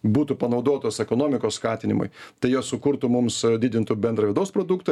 būtų panaudotos ekonomikos skatinimui tai jos sukurtų mums didintų bendrą vidaus produktą